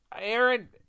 Aaron